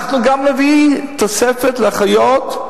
אנחנו גם נביא תוספת לאחיות,